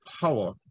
power